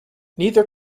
neither